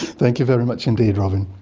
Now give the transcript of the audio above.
thank you very much indeed, robyn.